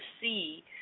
see